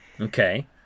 okay